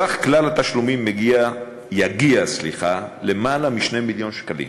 סך כלל התשלומים יגיע ליותר מ-2 מיליון שקלים